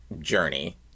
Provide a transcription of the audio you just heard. journey